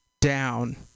down